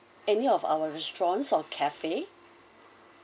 any of our restaurant or cafe